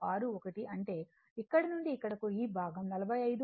61 అంటే ఇక్కడ నుండి ఇక్కడకు ఈ భాగం 45 39